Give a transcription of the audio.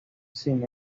sin